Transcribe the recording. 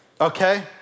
Okay